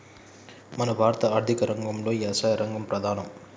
మన భారత ఆర్థిక రంగంలో యవసాయ రంగం ప్రధానం